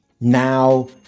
now